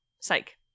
Psych